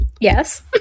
Yes